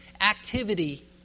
activity